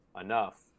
enough